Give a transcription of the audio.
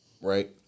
Right